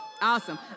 Awesome